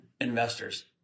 investors